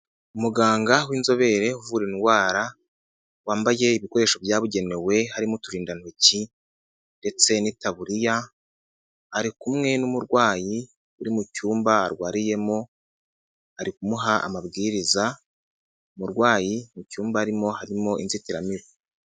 Umuganga w'inzoberevura indwara, wambaye ibikoresho byabugenewe harimo uturindantoki ndetse n'itaburiya, ari kumwe n'umurwayi uri mu cyumba arwariyemo ari kumuha amabwiriza, umurwayi mu cyumba arimo harimo inzitiramibu.